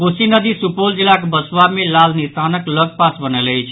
कोसी नदी सुपौल जिलाक बसुआ मे लाल निशानक लऽग पास बनल अछि